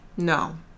no